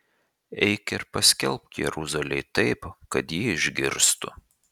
eik ir paskelbk jeruzalei taip kad ji išgirstų